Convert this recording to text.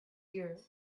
here